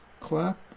clap